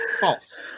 false